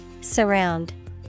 surround